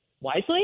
wisely